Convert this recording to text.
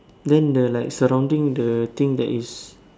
then the like surrounding the thing that is